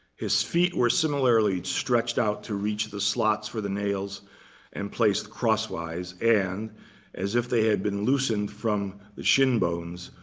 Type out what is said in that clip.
his feet were similarly stretched out to reach the slots for the nails and placed crosswise, and as if they had been loosened from the shin bones,